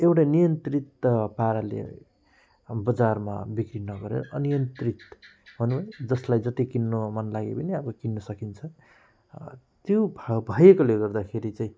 एउटा नियन्त्रित पाराले बजारमा बिक्री नगरेर अनियन्त्रित भनौँ है जसलाई जति किन्नु मनलागे पनि अब किन्न सकिन्छ त्यो भ भएकोले गर्दाखेरि चाहिँ